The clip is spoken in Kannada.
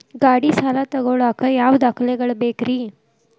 ಗಾಡಿ ಸಾಲ ತಗೋಳಾಕ ಯಾವ ದಾಖಲೆಗಳ ಬೇಕ್ರಿ?